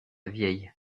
vieille